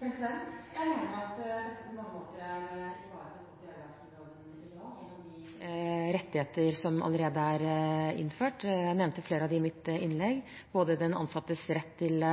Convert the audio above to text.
Jeg mener at dette på mange måter er godt ivaretatt i arbeidsmiljøloven i dag gjennom de rettighetene som allerede er innført der. Jeg nevnte flere av dem i mitt innlegg – både den ansattes rett til